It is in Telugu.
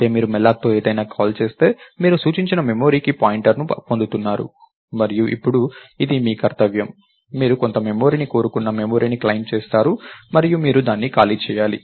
అయితే మీరు mallocతో ఏదైనా కాల్ చేస్తే మీరు సూచించిన మెమరీకి పాయింటర్ని పొందుతున్నారు మరియు ఇప్పుడు ఇది మీ కర్తవ్యం మీరు కొంత మెమరీని కోరుకున్న మెమరీని క్లెయిమ్ చేస్తారు మరియు మీరు దాన్ని ఖాళీ చేయాలి